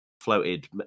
floated